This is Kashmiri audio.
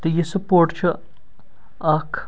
تہٕ یہِ سٕپوٹ چھُ اکھ